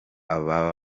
aba